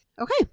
okay